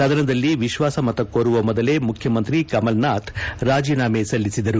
ಸದನದಲ್ಲಿ ವಿಶ್ವಾಸಮತ ಕೋರುವ ಮೊದಲೇ ಮುಖ್ಯಮಂತ್ರಿ ಕಮಲ್ನಾಥ್ ರಾಜೀನಾಮೆ ಸಲ್ಲಿಸಿದರು